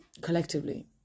collectively